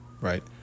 right